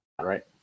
Right